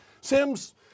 Sims